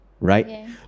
right